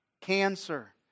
cancer